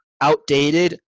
outdated